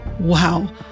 Wow